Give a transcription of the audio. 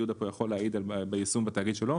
ויהודה פה יכול להעיד על יישום בתאגיד שלו,